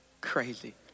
crazy